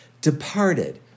departed